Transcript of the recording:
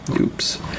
oops